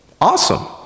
awesome